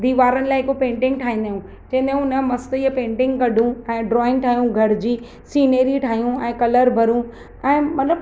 दीवारनि लाइ हिकु पेंटिंग ठाहींदा आहियूं चवंदा आहियूं न मस्तु इहे पेंटिंग कढू ऐं ड्रॉइंग ठाहियूं घर जी सीनरी ठाहियूं ऐं कलर भरूं ऐं मतिलबु